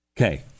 Okay